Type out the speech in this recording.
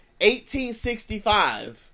1865